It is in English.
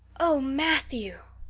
oh, matthew!